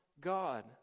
God